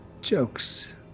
jokes